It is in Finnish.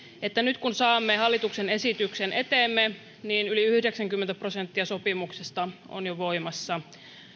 että nyt kun saamme hallituksen esityksen eteemme niin yli yhdeksänkymmentä prosenttia sopimuksesta on jo voimassa